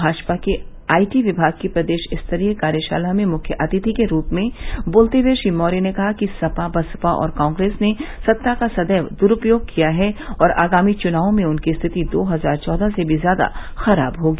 भाजपा के आईटी विमाग की प्रदेश स्तरीय कार्यशाला में मुख्य अतिथि के रूप में बोलते हुए श्री मौर्य ने कहा कि सपा बसपा और कांग्रेस ने सत्ता का सदैव दुरूपयोग किया है और आगामी चुनावों में उनकी स्थिति दो हजार र्चोदह से भी ज्यादा खराब होगी